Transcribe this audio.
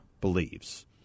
believes